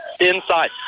inside